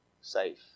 safe